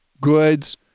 goods